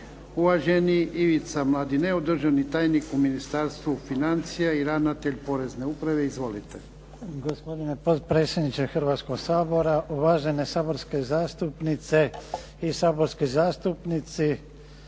Uvaženi Ivica Mladineo, državni tajnik u Ministarstvu financija i ravnatelj porezne uprave. Izvolite. **Mladineo, Ivica** Gospodine potpredsjedniče Hrvatskoga sabora, uvažene saborske zastupnice i saborski zastupnici.